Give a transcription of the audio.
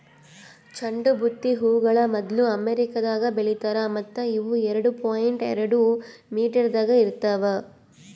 ಚಂಡು ಬುತ್ತಿ ಹೂಗೊಳ್ ಮೊದ್ಲು ಅಮೆರಿಕದಾಗ್ ಬೆಳಿತಾರ್ ಮತ್ತ ಇವು ಎರಡು ಪಾಯಿಂಟ್ ಎರಡು ಮೀಟರದಾಗ್ ಇರ್ತಾವ್